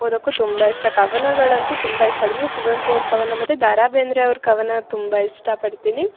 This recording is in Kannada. ಓದೋಕು ತುಂಬ ಇಷ್ಟ ಕವನಗಳಂತು ತುಂಬ ಇಷ್ಟ ಅದರಲ್ಲೂ ಕುವೆಂಪು ಅವ್ರ ಕವನ ಮತ್ತು ದ ರಾ ಬೇಂದ್ರೆ ಅವ್ರ ಕವನ ತುಂಬ ಇಷ್ಟ ಪಡ್ತೀನಿ